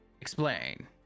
Explain